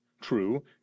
true